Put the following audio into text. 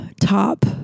top